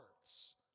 words